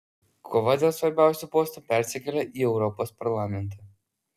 kova dėl svarbiausių postų persikelia į europos parlamentą